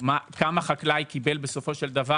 כמה חקלאי קיבל בסופו של דבר,